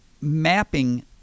mapping